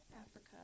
Africa